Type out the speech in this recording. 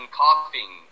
coughing